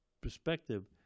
perspective